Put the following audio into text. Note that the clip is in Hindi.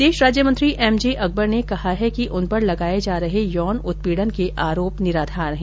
विदेश राज्यमंत्री एमजे अकबर ने कहा है कि उन पर लगाये जा रहे यौन उत्पीड़न के आरोप निराधार हैं